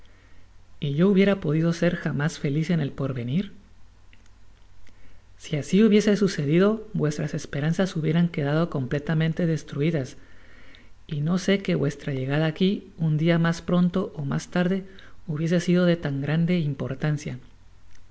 y yo hubiera podido ser jamás feliz en el porvenir si asi hubiese sucedido vuestras esperanzas hubieran quedado completamente destruidas y no se que vuestra llegada aqui un dia mas pronto ó mas tarde hubiese sido de grande impor